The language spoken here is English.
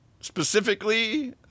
specifically